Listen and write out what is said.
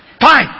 Fine